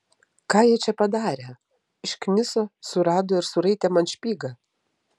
ką jie čia padarė iškniso surado ir suraitė man špygą